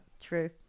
True